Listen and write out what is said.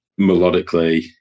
melodically